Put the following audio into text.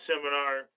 seminar